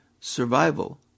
survival